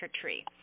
tree